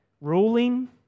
ruling